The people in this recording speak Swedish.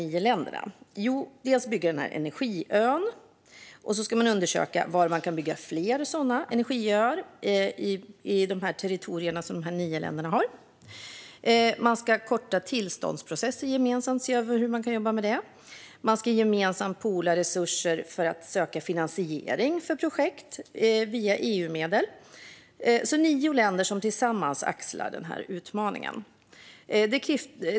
Jo, dels ska man bygga en energiö, dels ska man undersöka var man kan bygga fler energiöar i de territorier som de nio länderna har. Man ska gemensamt se över hur man kan korta tillståndsprocesser samt "poola" resurser för att söka finansiering för projekt via EU-medel. Det är alltså nio länder som tillsammans axlar denna utmaning.